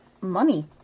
money